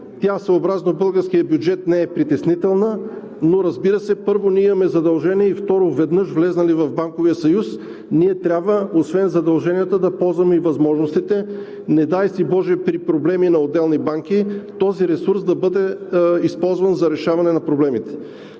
Тя съобразно българския бюджет не е притеснителна, но, разбира се, първо, ние имаме задължение и, второ, веднъж влезли в Банковия съюз, ние трябва освен задълженията, да ползваме и възможностите. Не дай си боже, при проблеми на отделни банки, този ресурс да бъде използван за решаване на проблемите.